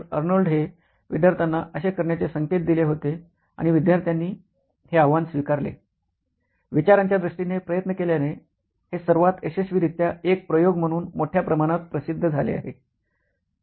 Arnold हे विद्यार्थ्याना असे करण्याचे संकेत दिले होते आणि विद्यार्थ्यांनी हे आव्हान स्वीकारले विचारांच्या दृष्टीने प्रयत्न केल्याने हे सर्वात यशस्वीरीत्या एक प्रयोग म्हणून मोठ्या प्रमाणात प्रसिद्ध झाले आहे